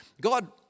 God